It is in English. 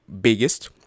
biggest